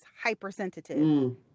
hypersensitive